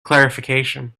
clarification